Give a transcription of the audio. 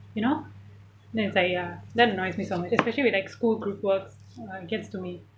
you know that is like uh that annoys me so much especially with like school group work it gets to me